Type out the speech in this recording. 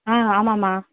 ஆ ஆமாம்மா